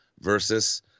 versus